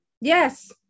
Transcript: Yes